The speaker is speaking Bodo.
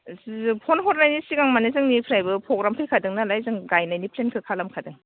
फ'न हरनायनि सिगां माने जोंनिफ्रायबो प्रग्राम फैखादों नालाय जों गायनायनि प्लेनखौ खालामखादों